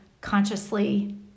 consciously